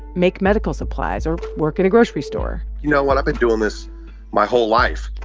make medical supplies or work at a grocery store? you know what? i've been doing this my whole life.